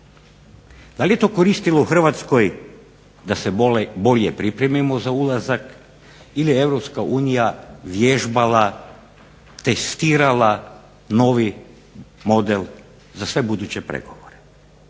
Da li je to koristilo Hrvatskoj da se bolje pripremimo za ulazak ili je Europska unija vježbala, testirala novi model za sve buduće pregovore.